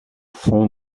fond